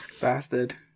Bastard